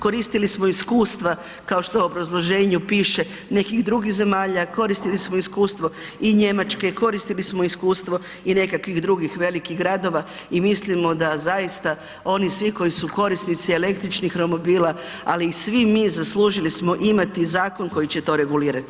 Koristili smo iskustva kao što u obrazloženju piše nekih drugih zemalja, koristili smo iskustvo i Njemačke, koristili smo iskustvo i nekakvih drugih velikih gradova i mislimo da zaista oni svi koji su korisnici električnih romobila, ali i svi mi zaslužili smo imati zakon koji će to regulirati.